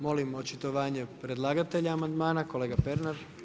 Molim očitovanje predlagatelja amandman, kolega Pernar.